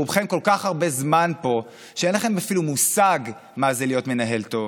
רובכם כל כך הרבה זמן פה שאין לכם אפילו מושג מה זה להיות מנהל טוב.